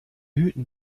hüten